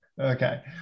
Okay